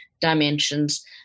dimensions